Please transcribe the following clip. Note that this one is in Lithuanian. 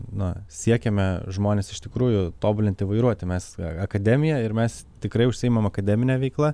na siekiame žmones iš tikrųjų tobulinti vairuoti mes akademija ir mes tikrai užsiimam akademine veikla